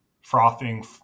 frothing